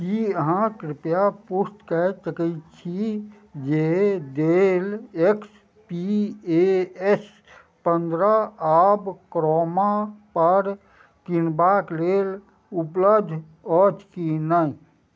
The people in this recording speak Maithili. की अहाँ कृपया पुष्ट कए सकय छी जे Dell X P A S पन्द्रह आब क्रोमापर किनबाक लेल उपलब्ध अछि की नहि